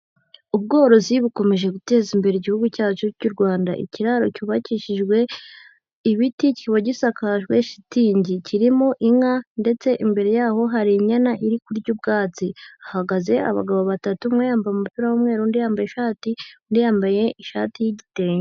Ubworozi bukomeje guteza imbere igihugu cyacu cy'u Rwanda. Ikiraro cyubakishijwe ibiti, kikaba gisakajwe shitingi. Kirimo inka, ndetse imbere yaho hari inyana iri kurya ubwatsi. Hahagaze abagabo batatu umwe yambaye umupira w'umweru, undi yambaye ishati, undi yambaye ishati y'igitenge.